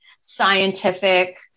scientific